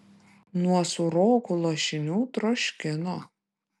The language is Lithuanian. nuo sūrokų lašinių troškino